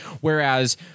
Whereas